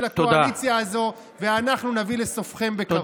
הקואליציה הזו ואנחנו נביא לסופכם בקרוב.